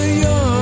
young